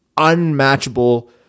unmatchable